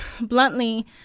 bluntly